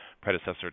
predecessor